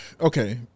Okay